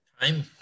time